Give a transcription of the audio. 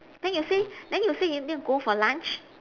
then you say then you say you need to go for lunch